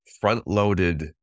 front-loaded